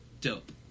dope